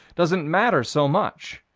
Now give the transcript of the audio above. doesn't matter so much.